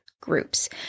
groups